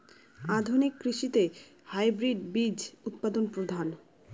আধুনিক কৃষিতে হাইব্রিড বীজ উৎপাদন প্রধান